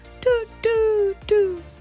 do-do-do